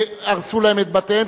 והרסו להם את בתיהם,